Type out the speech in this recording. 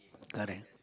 correct